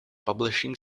publishing